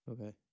Okay